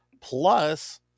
Plus